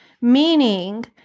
meaning